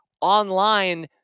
online